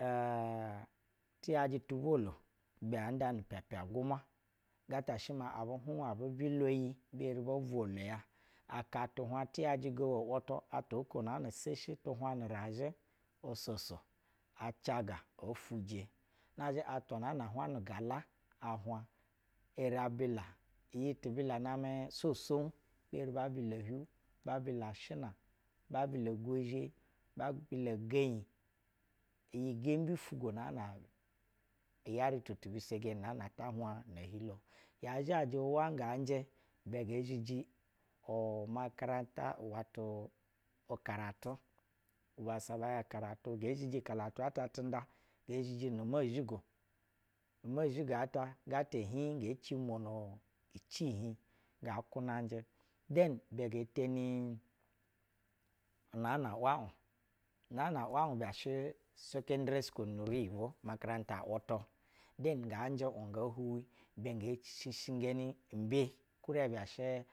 aa-ti yajɛ tuvoloo ibɛ and ani pɛpv gumwa igɛtɛ shɛ ma abibiuwa abi abi bilwa iyi bi eri b ovolo ya. Aka tu hwab ti yajɛ aagewɛ wɛtu, atwa oko naan a soshi tu hwah na razhɛ ososa a caga efuje. nazhɛ athwa na na a hwah nu gala a hwah eri abila iyi ti bila namɛ so so bi eri ba bila ohiu, ba bila ashɛna ba bila igwezhe ba bila genyi iyi gemb ufugwo na na iyeri tu ti mbisege na na ta hwah. Aa zha uwa nga njɛ, ibɛ gee zhiji umakarata wa to ukaratu ba bassa bɛ hiɛh karatu nge zhiji nu moshigo umozhigo ata hin nge ci umwono icihih nga kunajɛ. Den ibɛ ngee teni ungana wa ub unaga n awa un ubwa shɛ sekedire skul ni riyibwo-umakaranta wuta, den nga njɛ ub nge huwi ibɛ ngee shishingeni umbe kurɛ ba shɛ rɛ.